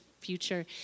future